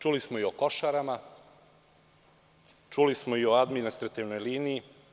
Čuli smo i o Košarama, čuli smo i o administrativnoj liniji.